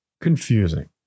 confusing